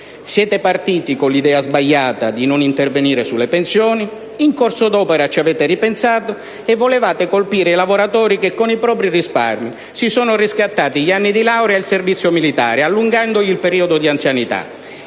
Siete partiti con l'idea (sbagliata) di non intervenire sulle pensioni; in corso d'opera ci avete ripensato e volevate colpire i lavoratori che con i propri risparmi si sono riscattati gli anni di laurea ed il servizio militare, allungando loro il periodo di anzianità.